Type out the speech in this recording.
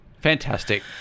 fantastic